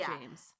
James